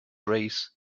race